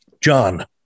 John